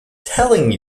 telling